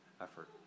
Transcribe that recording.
effort